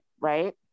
right